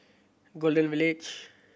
Golden Village